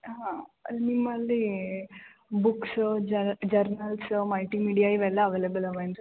ಹಾಂ ನಿಮ್ಮಲ್ಲಿ books journals multimedia ಇವೆಲ್ಲ ಅವೈಲೇಬಲ್ ಇವೆ ಏನು ರೀ